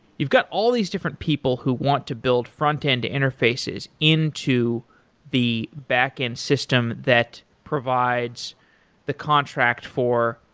you've got all these different people who want to build frontend interfaces into the backend system that provides the contract for,